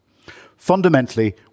Fundamentally